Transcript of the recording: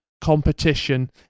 competition